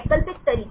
वैकल्पिक तरीके